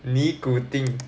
尼古丁